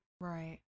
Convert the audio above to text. Right